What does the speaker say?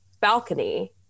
balcony